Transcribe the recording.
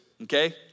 Okay